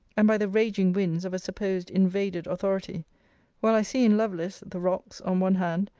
and by the raging winds of a supposed invaded authority while i see in lovelace, the rocks on one hand,